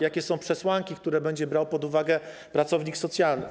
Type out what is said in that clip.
Jakie są przesłanki, które będzie brał pod uwagę pracownik socjalny?